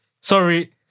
Sorry